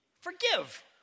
Forgive